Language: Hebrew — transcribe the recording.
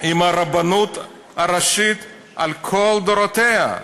עם הרבנות הראשית על כל דורותיה.